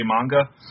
manga